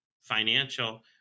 financial